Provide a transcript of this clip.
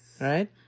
Right